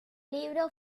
libro